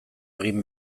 egin